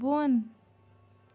بۄن